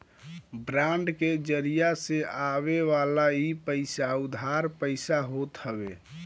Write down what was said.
bond के जरिया से आवेवाला इ पईसा उधार पईसा होत हवे